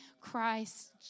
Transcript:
Christ